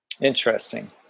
Interesting